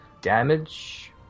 Damage